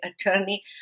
attorney